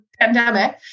pandemic